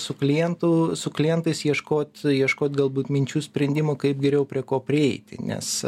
su klientu su klientais ieškot ieškot galbūt minčių sprendimų kaip geriau prie ko prieiti nes